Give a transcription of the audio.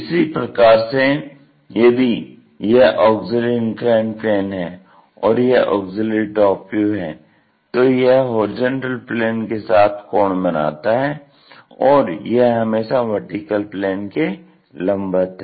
इसी प्रकार से यदि यह ऑग्ज़िल्यरी इन्क्लाइन्ड प्लेन है और यह ऑग्ज़िल्यरी टॉप व्यू है तो यह HP के साथ कोण बनाता है और यह हमेशा VP के लम्बवत है